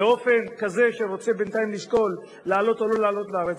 באופן שיאפשר לזכאי השבות להישאר בארץ